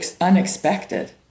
unexpected